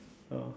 ya